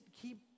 keep